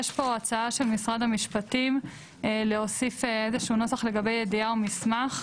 יש פה הצעה של משרד המשפטים להוסיף איזשהו נוסח לגבי ידיעה או מסמך.